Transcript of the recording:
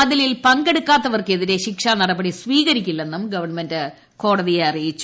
മതിലിൽ പങ്കെടുക്കാത്തപ്പർക്കെതിരെ ശിക്ഷാ നടപടി സ്വീകരിക്കില്ലെന്നും ഗവൺമെന്റ് ക്ടോടതിയെ അറിയിച്ചു